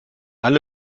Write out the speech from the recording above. alle